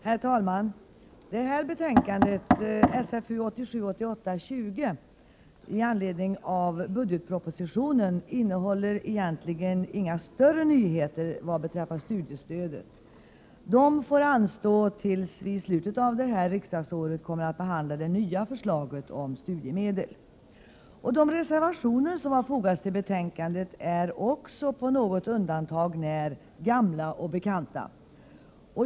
Herr talman! Det här betänkandet — SfU1987/88:20 — i anledning av budgetpropositionen innehåller egentligen inga större nyheter beträffande studiestödet. De får anstå tills vi i slutet av riksdagsåret kommer att behandla det nya förslaget om studiemedel. De reservationer som fogats till betänkandet är också med något undantag när gamla bekanta.